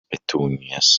petunias